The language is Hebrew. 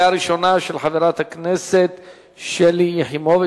לוועדה המשותפת לוועדת החינוך,